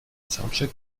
soundcheck